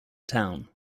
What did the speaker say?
town